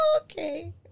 Okay